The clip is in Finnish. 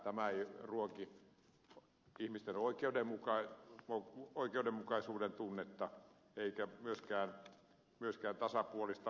tämä ei ruoki ihmisten oikeudenmukaisuuden tunnetta eikä myöskään tasapuolista kohtelua